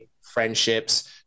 friendships